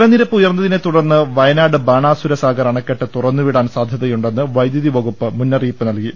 ജലനിരപ്പ് ഉയർന്നതിനെതുടർനന് വയനാട് ബാണാസുരസാഗർ അണ ക്കെട്ട് തുറന്ന് വിടാൻ സാധ്യതയുണ്ടെന്ന് വൈദ്യുതി വകുപ്പ് മുന്നറിയിപ്പ് നൽകി